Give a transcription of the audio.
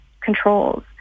controls